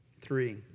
three